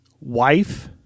wife